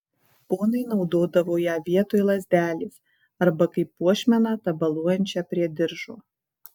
ponai naudodavo ją vietoj lazdelės arba kaip puošmeną tabaluojančią prie diržo